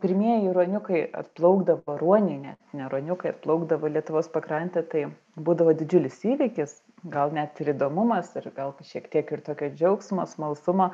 pirmieji ruoniukai atplaukdavo ruoniai ne ne ruoniukai atplaukdavo į lietuvos pakrantę tai būdavo didžiulis įvykis gal net ir įdomumas ir gal šiek tiek ir tokio džiaugsmo smalsumo